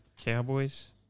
Cowboys